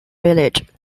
village